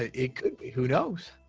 ah it could. who knows?